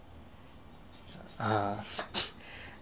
ah